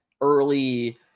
early